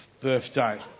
birthday